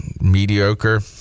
mediocre